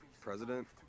President